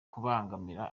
kubangamira